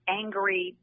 angry